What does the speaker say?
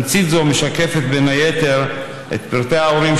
תמצית זו משקפת בין היתר את פרטי ההורים